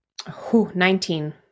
19